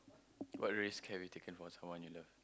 what risk have you taken for someone you love